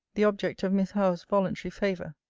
the object of miss howe's voluntary favour.